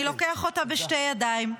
אני לוקח אותה בשתי ידיים.